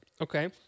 Okay